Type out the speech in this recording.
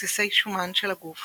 מסיסי שומן של הגוף